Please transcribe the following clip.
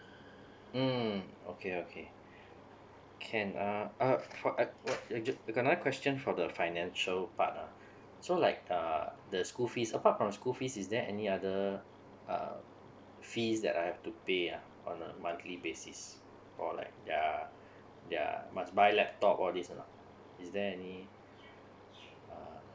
mm okay okay can uh uh uh can I question for the financial part uh so like uh the school fees apart from school fees is there any other uh fees that I have to pay ah on a monthly basis or like their their must buy laptop all this or not is there any uh